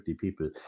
people